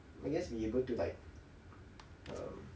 I guess be able to like